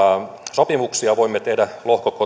sopimuksia voimme tehdä